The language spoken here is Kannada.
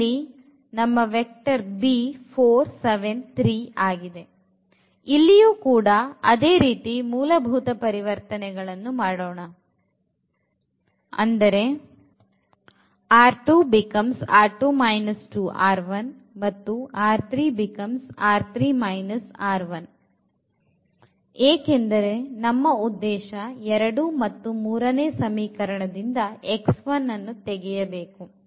ಇಲ್ಲಿಯೂ ಕೂಡ ಅದೇ ರೀತಿಯ ಮೂಲಭೂತ ಪರಿವರ್ತನೆಗಳನ್ನು ಮಾಡುತ್ತೇವೆ ಮತ್ತು ಏಕೆಂದರೆ ನಮ್ಮ ಉದ್ದೇಶ 2 ಮತ್ತು ಮೂರನೇ ಸಮೀಕರಣದಿಂದ ಅನ್ನು ತೆಗೆಯಬೇಕು